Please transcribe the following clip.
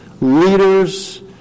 leaders